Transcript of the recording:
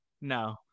No